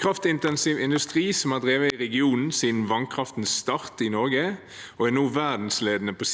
kraftintensive industrien har drevet i regionen siden vannkraftens start i Norge og er nå verdensledende på